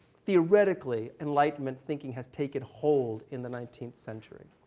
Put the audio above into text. theoretically, enlightenment thinking has taken hold in the nineteenth century.